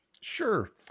Sure